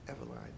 Eveline